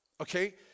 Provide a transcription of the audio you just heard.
Okay